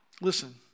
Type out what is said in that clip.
Listen